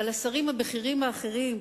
ועל השרים הבכירים האחרים,